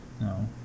No